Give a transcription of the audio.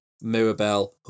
Mirabelle